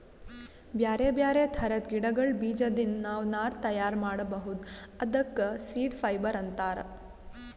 ಬ್ಯಾರೆ ಬ್ಯಾರೆ ಥರದ್ ಗಿಡಗಳ್ ಬೀಜದಿಂದ್ ನಾವ್ ನಾರ್ ತಯಾರ್ ಮಾಡ್ಬಹುದ್ ಅದಕ್ಕ ಸೀಡ್ ಫೈಬರ್ ಅಂತಾರ್